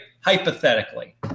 Hypothetically